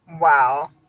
Wow